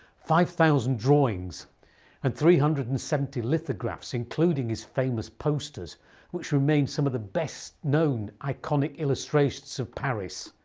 five thousand drawings and three hundred and seventy lithographs including his famous posters which remain some of the best-known iconic illustrations of paris,